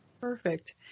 Perfect